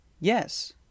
Yes